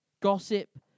Gossip